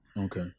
Okay